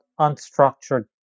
unstructured